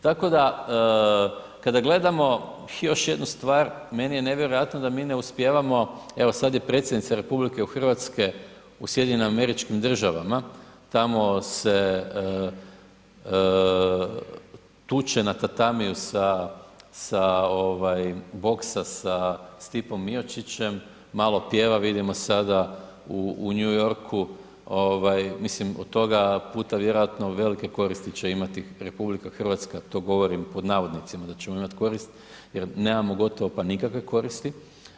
Tako da kad gledamo još jednu stvar, meni je nevjerojatno da mi ne uspijevamo, evo sad je predsjednica RH u SAD-u, tamo se tuče na tatamiu sa, boksa sa Stipom Miočićem, malo pjeva vidimo sada u New Yorku, mislim od toga puta vjerojatno velike koristi će imati RH, to govorim pod navodnicima da ćemo imati korist jer nemamo gotovo pa nikakve koristi.